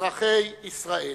אזרחי ישראל,